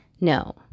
No